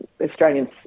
Australians